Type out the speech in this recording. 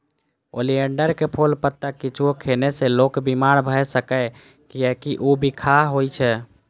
oleander के फूल, पत्ता किछुओ खेने से लोक बीमार भए सकैए, कियैकि ऊ बिखाह होइ छै